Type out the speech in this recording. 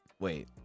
Wait